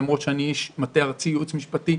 למרות שאני איש מטה ארצי ייעוץ משפטי,